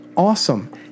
Awesome